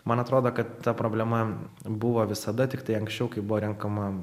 man atrodo kad ta problema buvo visada tiktai anksčiau kai buvo renkama